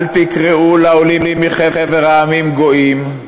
אל תקראו לעולים מחבר המדינות גויים,